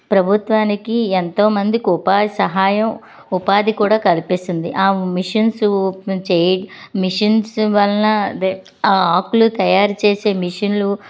ప్రభుత్వానికి ఎంతో మందికి ఉపాధి సహాయం ఉపాధి కూడా కల్పిస్తుంది ఆ మెషిన్స్ ఊపు నుంచే మెషిన్స్ వలన అదే ఆ ఆకులు తయారు చేసే మెషిన్లు